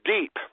deep